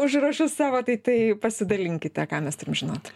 užrašus savo tai tai pasidalinkite ką mes turim žinot